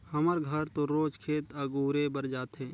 हमर घर तो रोज खेत अगुरे बर जाथे